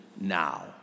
now